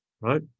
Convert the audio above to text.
right